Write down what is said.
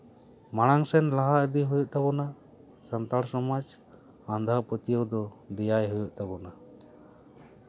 ᱢᱟᱲᱟᱝ ᱥᱮᱱ ᱞᱟᱦᱟ ᱤᱫᱤ ᱦᱩᱭᱩᱜ ᱛᱟᱵᱳᱱᱟ ᱥᱟᱱᱛᱟᱲ ᱥᱚᱢᱟᱡᱽ ᱟᱸᱫᱷᱟᱯᱟᱹᱛᱭᱟᱹᱣ ᱫᱚ ᱫᱮᱭᱟᱭ ᱦᱩᱭᱩᱜ ᱛᱟᱵᱳᱱᱟ